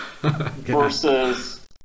versus